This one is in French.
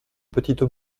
petite